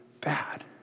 bad